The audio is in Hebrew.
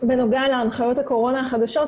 בנוגע להנחיות הקורונה החדשות,